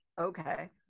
Okay